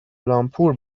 لامپور